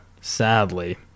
sadly